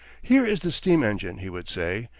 here is the steam engine, he would say,